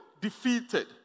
defeated